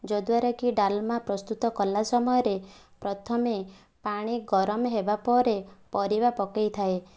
ଯଦ୍ଦ୍ଵାରା କି ଡାଲମା ପ୍ରସ୍ତୁତ କଲା ସମୟରେ ପ୍ରଥମେ ପାଣି ଗରମ ହେବା ପରେ ପରିବା ପକାଇ ଥାଏ